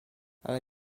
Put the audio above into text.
ale